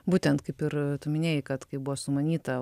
būtent kaip ir tu minėjai kad kai buvo sumanyta